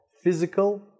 physical